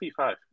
P5